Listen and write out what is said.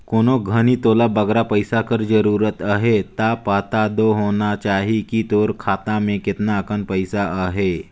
कोनो घनी तोला बगरा पइसा कर जरूरत अहे ता पता दो होना चाही कि तोर खाता में केतना अकन पइसा अहे